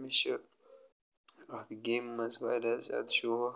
مےٚ چھِ اَتھ گیٚمہِ منٛز واریاہ زیادٕ شوق